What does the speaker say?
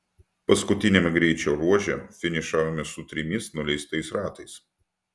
paskutiniame greičio ruože finišavome su trimis nuleistais ratais